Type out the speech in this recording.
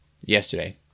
yesterday